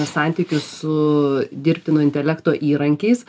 santykių su dirbtino intelekto įrankiais